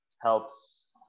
helps